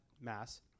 mass